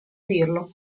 dirlo